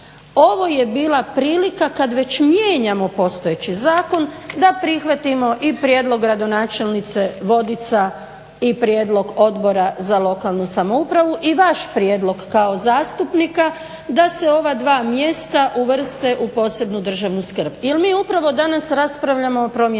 Ovo je bila prilika kada već mijenjamo postojeći zakon, da prihvatimo i prijedlog gradonačelnice Vodica i prijedlog Odbora za lokalnu samoupravu i vaš prijedlog kao zastupnika da se ova dva mjesta uvrste u posebnu državnu skrb. Jer mi upravo danas raspravljamo o promjenama